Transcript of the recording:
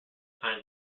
time